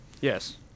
Yes